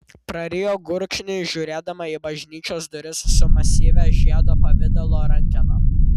prarijo gurkšnį žiūrėdama į bažnyčios duris su masyvia žiedo pavidalo rankena